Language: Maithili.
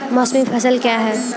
मौसमी फसल क्या हैं?